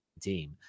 team